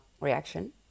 reaction